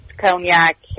cognac